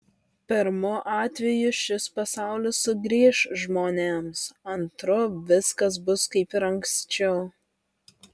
pirmu atveju šis pasaulis sugrįš žmonėms antru viskas bus kaip ir anksčiau